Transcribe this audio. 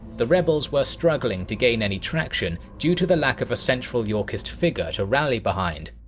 the rebels were struggling to gain any traction due to the lack of a central yorkist figure to rally behind.